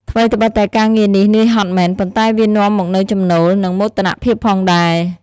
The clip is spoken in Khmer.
ថ្វីត្បិតតែការងារនេះនឿយហត់មែន ប៉ុន្តែវានាំមកនូវចំណូល និងមោទនភាពផងដែរ។